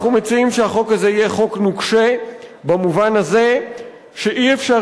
אנחנו מציעים שהחוק הזה יהיה חוק נוקשה במובן הזה שלא יהיה אפשר